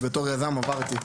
הזה אבסורדי.